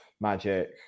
magic